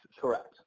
correct